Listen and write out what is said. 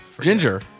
Ginger